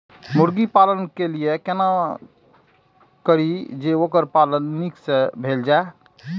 मुर्गी पालन के लिए केना करी जे वोकर पालन नीक से भेल जाय?